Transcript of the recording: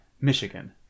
Michigan